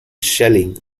shelling